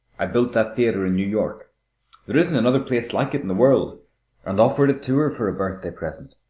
i built that theatre in new york there isn't another place like it in the world and offered it to her for a birthday present.